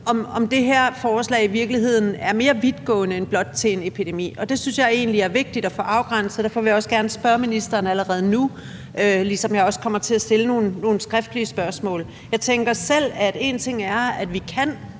om det her forslag i virkeligheden er mere vidtgående og rækker videre end blot til en epidemi. Det synes jeg egentlig er vigtigt at få afgrænset. Derfor vil jeg også gerne spørge ministeren om det allerede nu, ligesom jeg også kommer til at stille nogle skriftlige spørgsmål. Jeg tænker selv, at en ting er, at vi kan